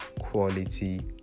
quality